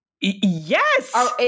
Yes